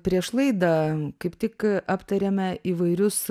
prieš laidą kaip tik aptarėme įvairius